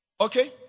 Okay